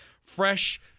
fresh